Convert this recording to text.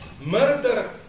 murder